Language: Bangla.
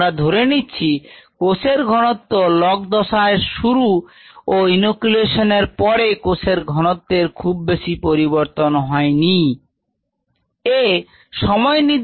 আমরা ধরে নিচ্ছি কোষের ঘনত্ব log দশায় শুরু ও ইনোকুলেশন এর পরে কোষের ঘনত্বের খুব বেশি পরিবর্তন হয়নি